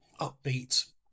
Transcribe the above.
upbeat